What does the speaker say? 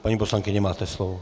Paní poslankyně, máte slovo.